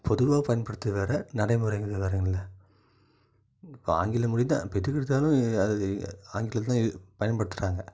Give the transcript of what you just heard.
பொதுவாக பயன்படுத்துறது வேறு நடைமுறைங்கிறது வேறுங்கில்ல இப்போ ஆங்கில மொழி தான் இப்போ எதற்கெடுத்தாலும் ஆங்கிலம் தான் பயன்படுத்துறாங்க